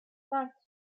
cinq